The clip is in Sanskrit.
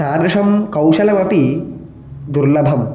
तादृशं कौशलमपि दुर्लभं